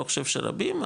אני לא חושב שרבים,